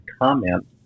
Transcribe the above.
comment